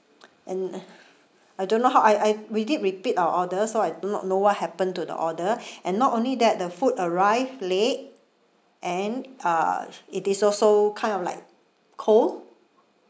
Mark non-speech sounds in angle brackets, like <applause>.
and <noise> I don't know how I I we did we paid our order so I do not know what happened to the order <breath> and not only that the food arrive late and uh it is also kind of like cold